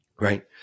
right